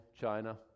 China